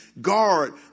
guard